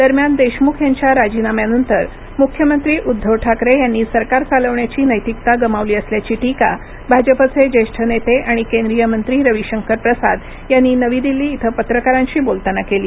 दरम्यान देशमुख यांच्या राजीनाम्यानंतर मुख्यमंत्री उद्घव ठाकरे यांनी सरकार चालवण्याची नैतिकता गमावली असल्याची टीका भाजपचे जेष्ठ नेते आणि केंद्रीय मंत्री रविशंकर प्रसाद यांनी नवी दिल्ली इथ पत्रकारांशी बोलताना केली